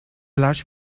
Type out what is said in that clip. large